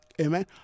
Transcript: amen